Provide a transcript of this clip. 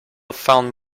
found